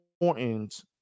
important